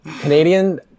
canadian